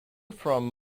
from